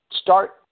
start